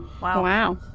wow